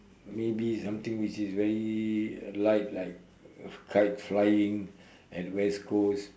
maybe something which is very light like kite flying at west coast